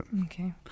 Okay